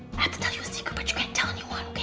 have to tell you a secret but you can't tell anyone, okay?